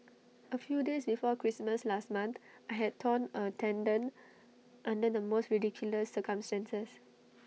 A few days before Christmas last month I had torn A tendon under the most ridiculous circumstances